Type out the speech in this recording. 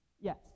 Yes